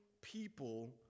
people